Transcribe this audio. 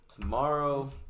Tomorrow